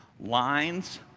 lines